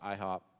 IHOP